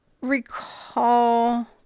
recall